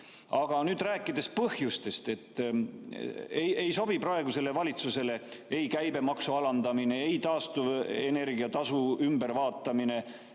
Aga nüüd rääkides põhjustest, siis ei sobi praegusele valitsusele ei käibemaksu alandamine, ei taastuvenergia tasu ümbervaatamine,